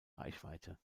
reichweite